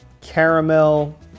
caramel